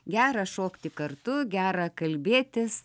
gera šokti kartu gera kalbėtis